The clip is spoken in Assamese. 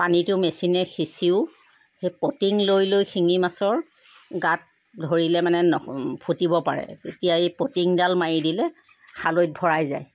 পানীটো মেচিনে সিচিও সেই পটিং লৈ লৈ শিঙি মাছৰ গাত ধৰিলে মানে ন ফুটিব পাৰে তেতিয়া এই পটিঙডাল মাৰি দিলে খালৈত ভৰাই যায়